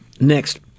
next